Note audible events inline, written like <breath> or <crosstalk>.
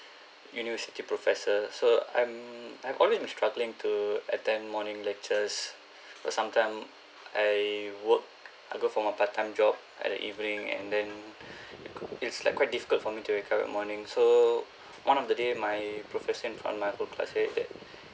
university professor so I'm I've always been struggling to attend morning lectures <breath> cause sometime I work I go for my part-time job at the evening and then <breath> it's like quite difficult for me to wake up at morning so <breath> one of the day my professor in front of my whole classmate said